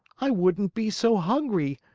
i wouldn't be so hungry!